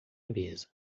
mesa